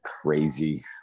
crazy